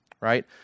right